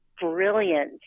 brilliant